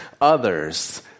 others